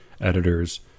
editors